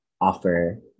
offer